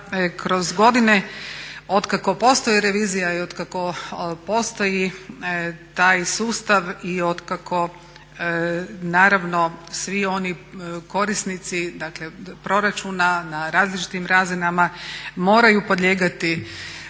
kroz godine od kako postoji revizija i od kako postoji taj sustav i od kako naravno svi oni korisnici, dakle proračuna na različitim raznima moraju podlijegati